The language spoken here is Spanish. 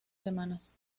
semanas